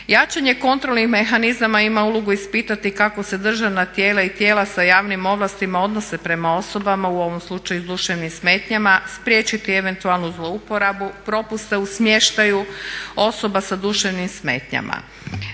Jačanje kontrolnih mehanizama ima ulogu ispitati kako se državna tijela i tijela sa javnim ovlastima odnose prema osobama u ovom slučaju s duševnim smetnjama, spriječiti eventualnu zlouporabu, propuste u smještaju osoba sa duševnim smetnjama.